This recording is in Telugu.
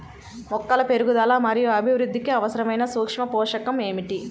మొక్కల పెరుగుదల మరియు అభివృద్ధికి అవసరమైన సూక్ష్మ పోషకం ఏమిటి?